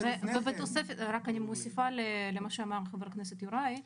רק אני מוסיפה למה שאמר חבר הכנסת יוראי,